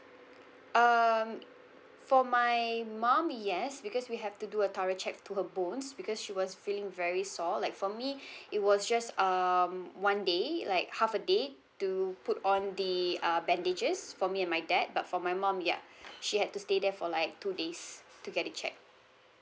um for my mum yes because we have to do a thorough check to her bones because she was feeling very sore like for me it was just um one day like half a day to put on the uh bandages for me and my dad but for my mum ya she had to stay there for like two days to get it checked